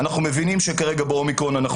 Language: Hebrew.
אנחנו מבינים שכרגע ב-אומיקרון אנחנו